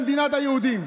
במדינת היהודים.